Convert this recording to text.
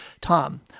Tom